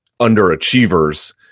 underachievers